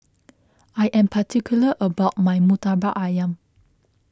I am particular about my Murtabak Ayam